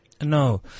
No